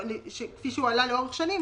כפי שהוא עלה לאורך שנים.